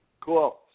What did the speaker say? Cool